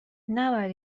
نباید